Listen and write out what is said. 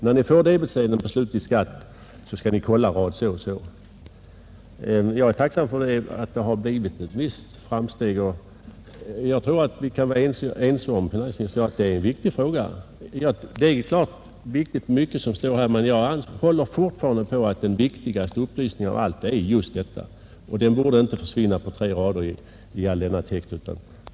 När ni får debetsedeln på slutlig skatt skall ni kolla rad så och så. Jag är tacksam för att det har blivit vissa framsteg. Att frågan är viktig tror jag att finansministern och jag kan vara överens om. Mycket av det som står i broschyren är betydelsefullt, men jag håller fortfarande på att den viktigaste upplysningen av alla är just den om kontrollen. Den borde inte försvinna på tre rader i all denna text i broschyren.